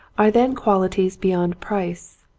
are then qualities beyond price.